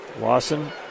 Lawson